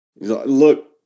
Look